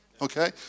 Okay